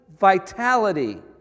vitality